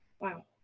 Wow